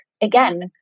again